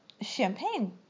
champagne